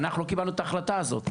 אנחנו לא קיבלנו את ההחלטה הזאת.